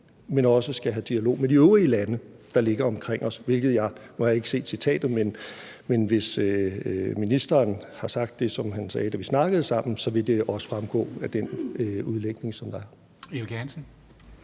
men også skal have dialog med de øvrige lande, der ligger omkring os. Nu har jeg ikke set citatet, men hvis ministeren har sagt det, som han sagde, da vi snakkede sammen, vil det også fremgå af den udlægning, som der er.